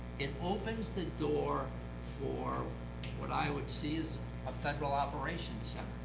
it opens the door for what i would see as a federal operations